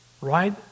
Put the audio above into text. Right